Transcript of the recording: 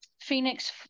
Phoenix